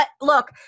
look